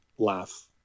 laugh